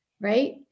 right